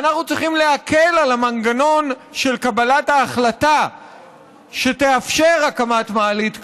ואנחנו צריכים להקל את המנגנון של קבלת ההחלטה שתאפשר הקמת מעלית כזאת.